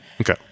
Okay